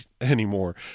anymore